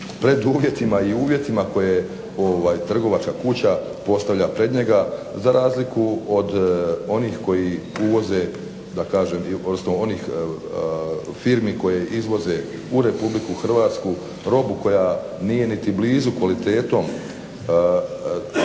preduvjetima i uvjetima koje trgovačka kuća postavlja pred njega za razliku od onih koji uvoze da kažem, odnosno onih firmi koje izvoze u RH robu koja nije niti blizu kvalitetom a